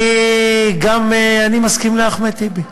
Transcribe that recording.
אני גם מסכים עם אחמד טיבי,